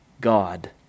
God